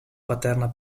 paterna